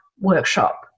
Workshop